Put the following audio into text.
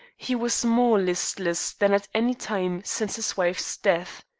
he was more listless than at any time since his wife's death.